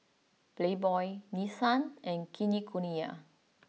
Playboy Nissan and Kinokuniya